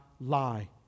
lie